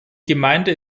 gemeinde